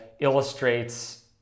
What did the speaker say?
illustrates